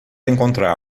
encontrá